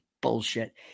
bullshit